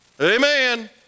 Amen